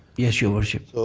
yes, your worship.